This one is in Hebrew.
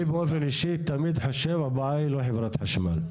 אני באופן אישי תמיד חושב שהבעיה היא לא חברת חשמל.